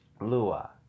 Lua